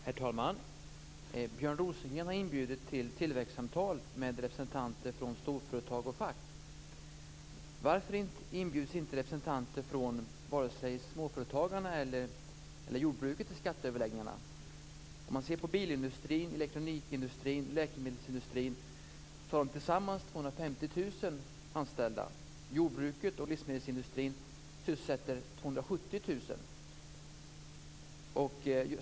Herr talman! Björn Rosengren har inbjudit till tillväxtsamtal med representanter från storföretag och fack. Varför inbjuds inte representanter från vare sig småföretagarna eller jordbruket till skatteöverläggningarna? Bilindustrin, elektronikindustrin och läkemedelsindustrin har tillsammans 250 000 anställda. Jordbruket och livsmedelsindustrin sysselsätter 270 000.